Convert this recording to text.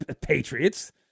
patriots